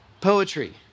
poetry